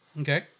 Okay